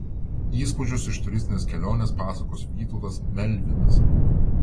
įspūdžius iš turistinės kelionės pasakos vytautas melvydas